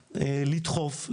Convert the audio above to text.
לדחוף,